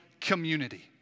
community